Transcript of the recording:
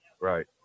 right